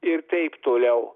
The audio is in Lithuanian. ir taip toliau